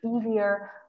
easier